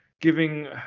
giving